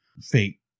fake